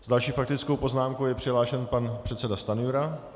S další faktickou poznámkou je přihlášen pan předseda Stanjura.